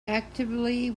actively